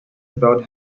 about